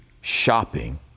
shopping